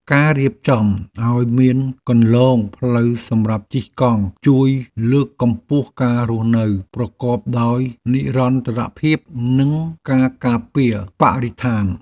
ការរៀបចំឱ្យមានគន្លងផ្លូវសម្រាប់ជិះកង់ជួយលើកកម្ពស់ការរស់នៅប្រកបដោយនិរន្តរភាពនិងការការពារបរិស្ថាន។